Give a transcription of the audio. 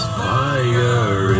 fire